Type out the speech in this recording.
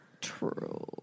True